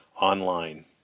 online